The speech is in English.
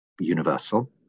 universal